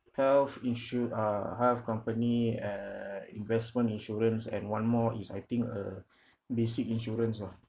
health insu~ uh health company eh investment insurance and one more is I think a basic insurance lah